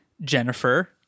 Jennifer